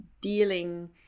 dealing